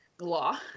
law